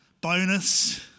bonus